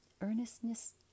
earnestness